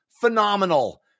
Phenomenal